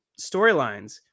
storylines